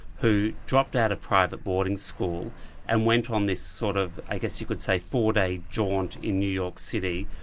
who dropped out of private boarding school and went on this sort of i guess you could say four-day jaunt in new york city,